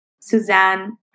Suzanne